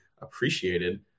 appreciated